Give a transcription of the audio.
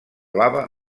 lava